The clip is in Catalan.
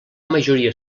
majoria